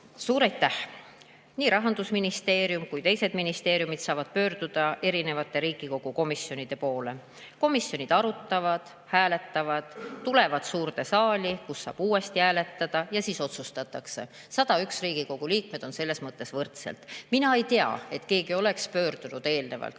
Suur aitäh! Nii Rahandusministeerium kui ka teised ministeeriumid saavad pöörduda Riigikogu komisjonide poole. Komisjonid arutavad, hääletavad, tulevad suurde saali, kus saab uuesti hääletada, ja siis otsustatakse. 101 Riigikogu liiget on selles mõttes võrdsed. Mina ei tea, et keegi Ukraina